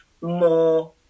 more